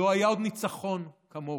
לא היה עוד ניצחון כמוהו,